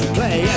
Play